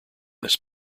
this